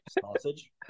sausage